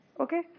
Okay